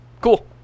Cool